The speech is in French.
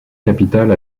capitale